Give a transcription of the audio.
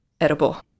edible